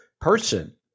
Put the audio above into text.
person